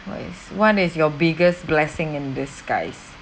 what is what is your biggest blessing in disguise